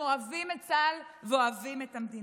אנחנו אוהבים את צה"ל ואוהבים את המדינה.